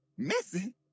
missing